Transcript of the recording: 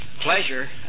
pleasure